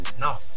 now